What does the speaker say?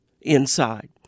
inside